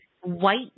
white